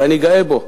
ואני גאה בו.